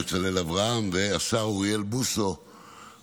בצלאל אברהם והשר אוריאל בוסו,